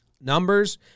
Numbers